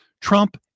Trump